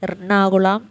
Ernakulam